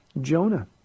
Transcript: Jonah